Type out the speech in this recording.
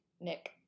Nick